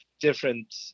different